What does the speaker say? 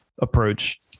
approach